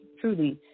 truly